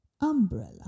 umbrella